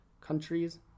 countries